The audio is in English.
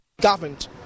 governed